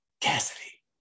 Cassidy